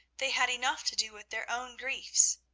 they had enough to do with their own griefs.